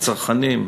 הצרכניים